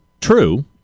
true